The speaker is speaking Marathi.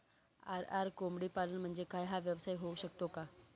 आर.आर कोंबडीपालन म्हणजे काय? हा व्यवसाय होऊ शकतो का?